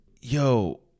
yo